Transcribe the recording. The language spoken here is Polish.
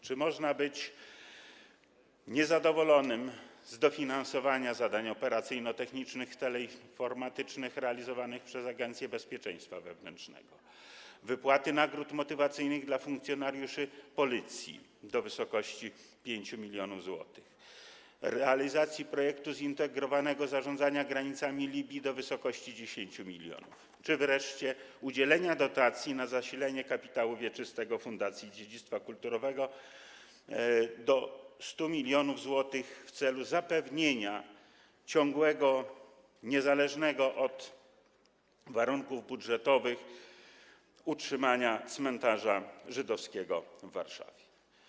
Czy można być niezadowolonym z dofinansowania do zadań operacyjno-technicznych i teleinformatycznych realizowanych przez Agencję Bezpieczeństwa Wewnętrznego, z wypłaty nagród motywacyjnych dla funkcjonariuszy Policji do wysokości 5 mln zł, z realizacji projektu zintegrowanego zarządzania granicami Libii do wysokości 10 mln czy wreszcie z udzielenia dotacji na zasilenie kapitału wieczystego Fundacji Dziedzictwa Kulturowego do 100 mln zł w celu zapewnienia ciągłego, niezależnego od warunków budżetowych utrzymania cmentarza żydowskiego w Warszawie?